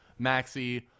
maxi